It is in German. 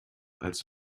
als